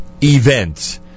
event